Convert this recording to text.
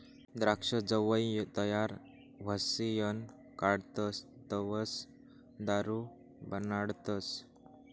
द्राक्ष जवंय तयार व्हयीसन काढतस तवंय दारू बनाडतस